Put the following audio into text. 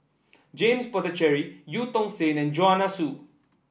James Puthucheary Eu Tong Sen and Joanne Soo